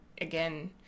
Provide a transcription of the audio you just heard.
again